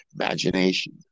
imagination